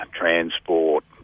transport